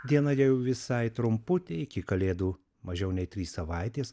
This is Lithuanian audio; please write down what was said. diena jau visai trumputė iki kalėdų mažiau nei trys savaitės